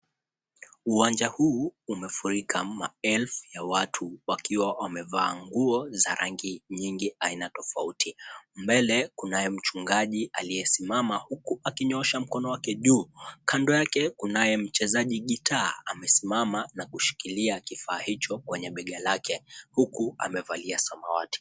Uwanja huu umefurika maelfu ya watu wakiwa wamevaa nguo za rangi nyingi aina tofauti. Mbele, kunaye mchungaji aliyesimama huku akinyoosha mkono wake juu. Kando yake kunaye mchezaji gitaa amesimama na kushikilia kifaa hicho kwenye bega lake, huku amevalia samawati.